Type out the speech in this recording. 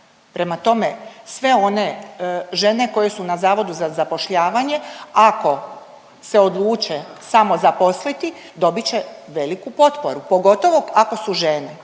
Prema tome, sve one žene koje su na Zavodu za zapošljavanju ako se odluče samozaposliti dobit će veliku potporu, pogotovo ako su žene,